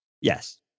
Yes